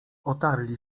otarli